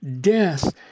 death